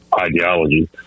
ideology